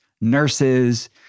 nurses